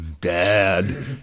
dad